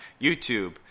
YouTube